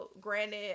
Granted